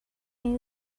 این